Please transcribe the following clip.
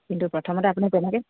কিন্তু প্ৰথমতে আপুনি তেনেকৈ